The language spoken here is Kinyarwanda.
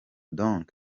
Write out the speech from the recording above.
donc